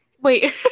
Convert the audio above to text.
wait